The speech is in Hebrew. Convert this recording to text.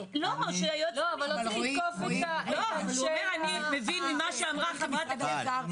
לא צריך לתקוף את אנשי האוצר.